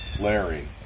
Larry